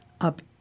up